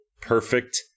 perfect